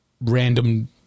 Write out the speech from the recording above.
random